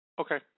Okay